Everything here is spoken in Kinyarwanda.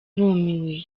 bumiwe